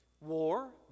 War